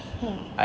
mm